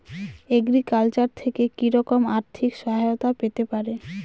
Agriculture থেকে কি রকম আর্থিক সহায়তা পেতে পারি?